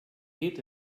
geht